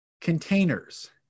containers